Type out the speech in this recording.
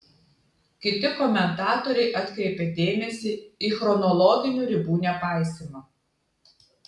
kiti komentatoriai atkreipė dėmesį į chronologinių ribų nepaisymą